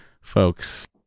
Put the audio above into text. folks